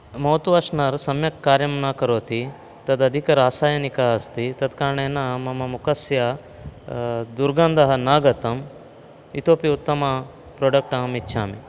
मौत् washer सम्यक् कार्यं न करोति तद् अधिकरासायनिकम् अस्ति तत्कारणेन मम मुखस्य दुर्गन्धः न गतम् इतोपि उत्तम प्रोडक्ट् अहम् इच्छामि